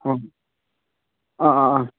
ꯍꯣꯏ ꯑꯥ ꯑꯥ ꯑꯥ